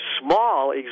small